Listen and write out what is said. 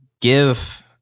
give